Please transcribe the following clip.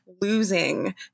losing